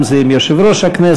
בין שזה עם יושב-ראש הכנסת,